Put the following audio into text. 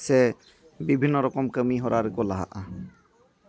ᱥᱮ ᱵᱤᱵᱷᱤᱱᱱᱚ ᱨᱚᱠᱚᱢ ᱠᱟᱹᱢᱤ ᱦᱚᱨᱟ ᱨᱮᱠᱚ ᱞᱟᱦᱟᱜᱼᱟ